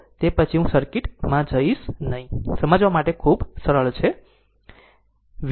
તે પછી હું સર્કિટ માં જઈશ નહીં સમજવા માટે ખૂબ જ સરળ છે